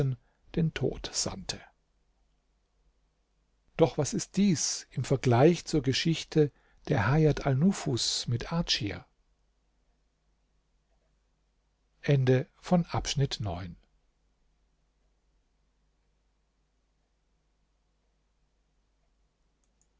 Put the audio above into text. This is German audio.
den tod sandte doch was ist dies im vergleich zur geschichte der hajat alnufus mit ardschir